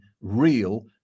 real